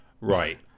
Right